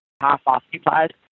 half-occupied